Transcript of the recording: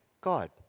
God